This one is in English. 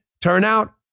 turnout